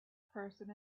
person